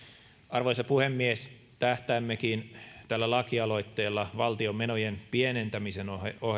arvoisa puhemies tähtäämmekin tällä lakialoitteella valtion menojen pienentämisen ohella matkailu